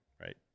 right